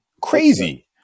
crazy